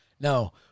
No